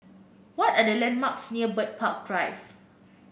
what are the landmarks near Bird Park Drive